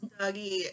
Dougie